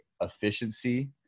efficiency